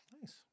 Nice